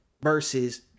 Versus